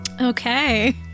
Okay